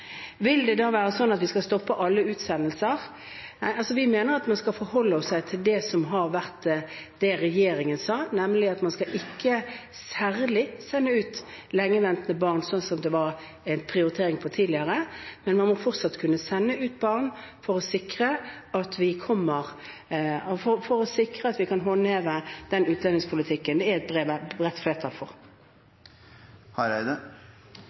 Vil det da være sånn at vi skal stoppe alle utsendelser? Nei, vi mener at man skal forholde seg til det som regjeringen har sagt, nemlig at man ikke særlig skal sende ut lengeventende barn, slik som prioriteringen var tidligere, men man må fortsatt kunne sende ut barn for å sikre at vi kan håndheve den utlendingspolitikken det er et bredt flertall for.